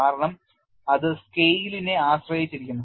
കാരണം അത് സ്കെയിലിനെ ആശ്രയിച്ചിരിക്കുന്നു